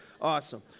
Awesome